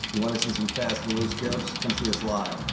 you wanna see some fast and loose jokes? come see us live,